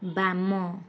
ବାମ